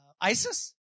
ISIS